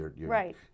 Right